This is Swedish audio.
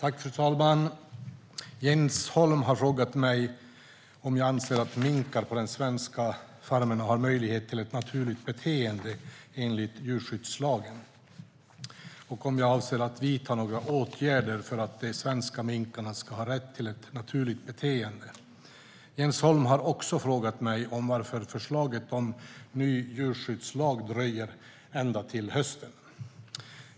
Fru talman! Jens Holm har frågat mig om jag anser att minkar på de svenska farmerna har möjlighet till ett naturligt beteende enligt djurskyddslagen och om jag avser att vidta några åtgärder för att de svenska minkarna ska ha rätt till ett naturligt beteende. Jens Holm har också frågat mig om varför förslaget om ny djurskyddslag dröjer ända till hösten.